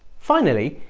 finally,